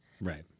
Right